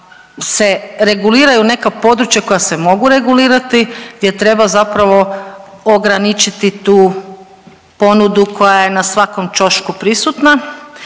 se reguliraju neka područja koja se mogu regulirati, gdje treba zapravo ograničiti tu ponudu koja je na svakom ćošku prisutna,